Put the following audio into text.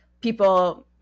people